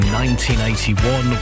1981